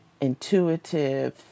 intuitive